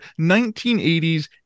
1980s